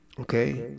okay